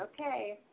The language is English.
Okay